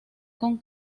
con